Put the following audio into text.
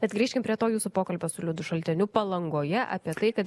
bet grįžkim prie to jūsų pokalbio su liudu šalteniu palangoje apie tai kad